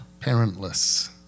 parentless